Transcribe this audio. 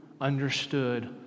understood